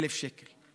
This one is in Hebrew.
20,000 שקל.